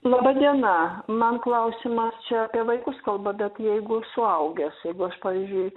laba diena man klausimas čia apie vaikus kalba bet jeigu suaugęs jeigu aš pavyzdžiui